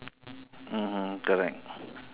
mmhmm correct